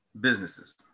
businesses